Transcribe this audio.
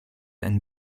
and